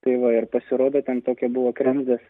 tai va ir pasirodo ten tokia buvo kremzlės